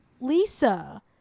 Lisa